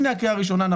לפני הקריאה הראשונה.